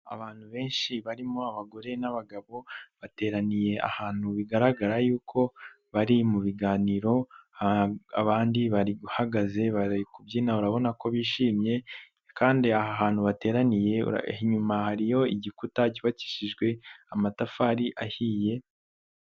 Abantu benshi barimo abagore n'abagabo, bateraniye ahantu bigaragara yuko bari mu biganiro, abandi bari uhagaze kubyina, urabona ko bishimye, kandi aha hantu bateraniye inyuma hariyo igikuta cyubakishijwe amatafari ahiye.